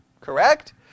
Correct